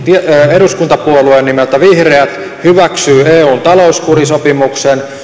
eduskuntapuolue nimeltä vihreät hyväksyy eun talouskurisopimuksen